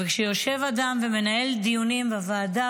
וכשיושב אדם ומנהל דיונים בוועדה,